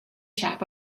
chap